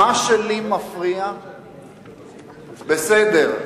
מה שלי מפריע, בסדר,